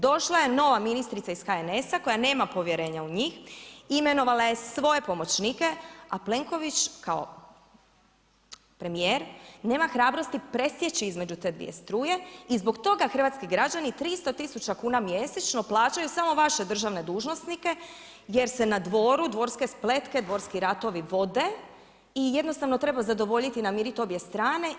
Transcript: Došla je nova ministrica iz HNS-a koja nema povjerenja u njih, imenovala je svoje pomoćnike, a Plenković, kao premjer nema hrabrosti presjeći između te dvije struje i zbog toga hrvatski građani 300000kn mjesečno plaćaju samo vaše državne dužnosnike, jer se na dvoru, dvorske spletke, dvorski ratovi vode i jednostavno treba zadovoljiti, namiriti obje strane.